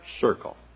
circle